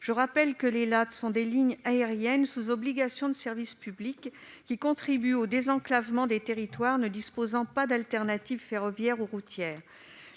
sanitaire. Les LAT sont des lignes aériennes sous obligation de service public (OSP) qui contribuent au désenclavement des territoires ne disposant pas d'alternative ferroviaire ou routière.